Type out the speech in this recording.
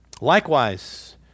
Likewise